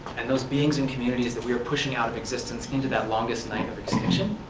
and those beings and communities that we are pushing out of existence into that longest night of extinction